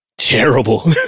Terrible